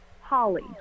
Holly